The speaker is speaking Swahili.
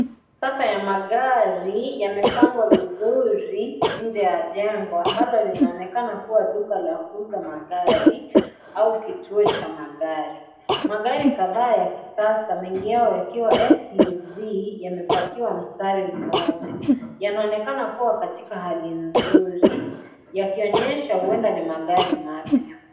Safu ya magari yamepangwa vizuri, nje ya jengo ambalo linaonekana kuwa duka la kuuza magari, au kituo cha magari. Magari kadhaa ya kisasa mengi yakiwa SUV, yamepakiwa mstari mmoja. Yaonekana kuwa katika hali nzuri. Yakionyesha huenda ni magari mapya.